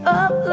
up